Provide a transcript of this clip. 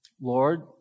Lord